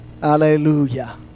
Hallelujah